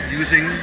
using